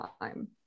time